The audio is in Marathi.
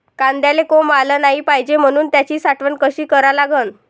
कांद्याले कोंब आलं नाई पायजे म्हनून त्याची साठवन कशी करा लागन?